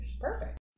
Perfect